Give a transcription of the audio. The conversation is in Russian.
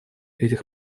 этих